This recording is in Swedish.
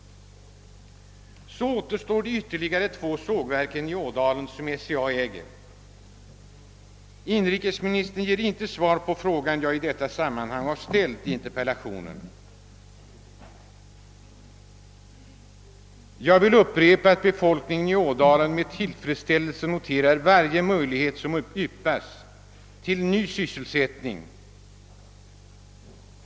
Så återstår ytterligare två sågverk i Ädalen som SCA äger. Inrikesministern svarar inte på den fråga jag i det sammanhanget ställt i interpellationen. Jag vill upprepa att befolkningen i Ådalen med tillfredsställelse noterar varje möjlighet till ny sysselsättning som yppas.